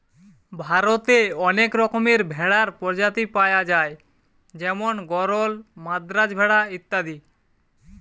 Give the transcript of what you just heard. ভারতে অনেক রকমের ভেড়ার প্রজাতি পায়া যায় যেমন গরল, মাদ্রাজ ভেড়া ইত্যাদি